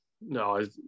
No